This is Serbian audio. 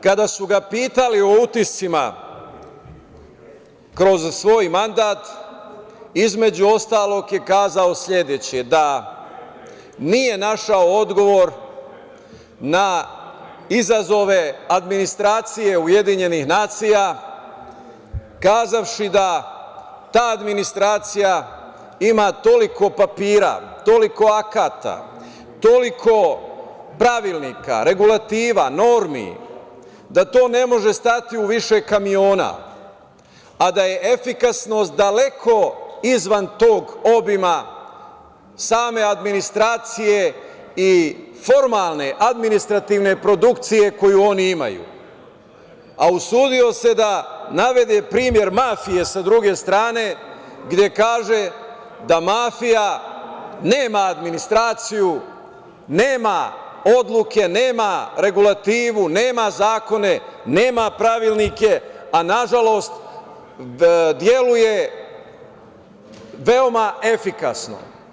Kada su ga pitali o utiscima kroz svoj mandat, između ostalog, kazao je sledeće – da nije našao odgovor na izazove administracije Ujedinjenih nacija, kazavši da ta administracija ima toliko papira, toliko akata, toliko pravilnika, regulativa, normi, da to ne može stati u više kamiona, a da je efikasnost daleko izvan tog obima same administracije i formalne administrativne produkcije koju oni imaju, a usudio se da navede primer mafije, sa druge strane, gde kaže da mafija nema administraciju, nema odluke, nema regulativu, nema zakone, nema pravilnike, a nažalost deluje veoma efikasno.